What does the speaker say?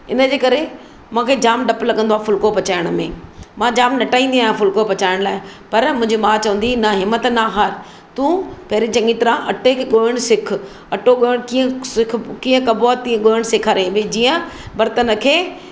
इनजे करे मूंखे जामु डपु लॻंदो आहे फुलिको पचाइण में मां जामु नटाईंदी आहियां फुलिको पचाइण लाइ पर मुंहिंजी माउ चवंदी हुई न हिमत न हार तूं पहिरीं चङी तरह अटे खे ॻोहिणु सिखु अटो ॻोहिणु कीअं सिखु कीअं कबो आहे तीअं सेखारींदी जीअं बर्तन खे